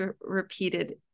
repeated